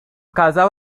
casal